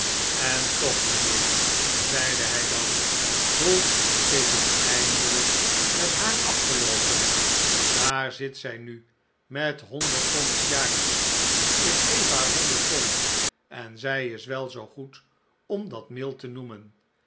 en toch mijnheer zeide hij dan hoe is het eindelijk met haar afgeloopen daar zit zij nu met honderd pond s jaars ik geef haar honderd pond en zij is wel zoo goed om dat mild te noemen